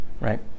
Right